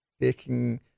taking